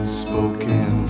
spoken